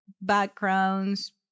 backgrounds